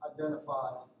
identifies